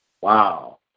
Wow